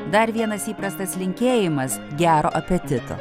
dar vienas įprastas linkėjimas gero apetito